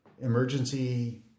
emergency